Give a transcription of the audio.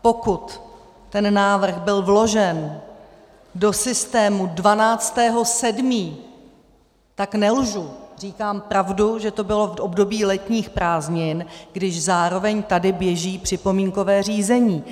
Pokud ten návrh byl vložen do systému 12. 7., tak nelžu, říkám pravdu, že to bylo v období letních prázdnin, když zároveň tady běží připomínkové řízení.